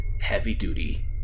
heavy-duty